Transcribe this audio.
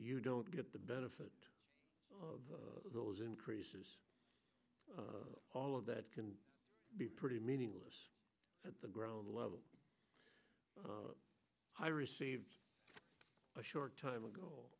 you don't get the benefit of those increases all of that can be pretty meaningless at the ground level i received a short time ago